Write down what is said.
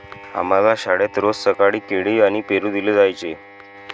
आम्हाला शाळेत रोज सकाळी केळी आणि पेरू दिले जायचे